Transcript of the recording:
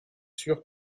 sûr